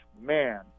man